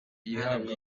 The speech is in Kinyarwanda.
ihabwa